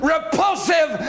Repulsive